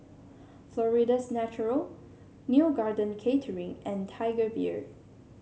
Florida's Natural Neo Garden Catering and Tiger Beer